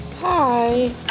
Hi